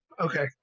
Okay